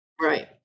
Right